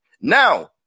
Now